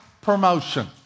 promotion